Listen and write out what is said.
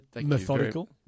Methodical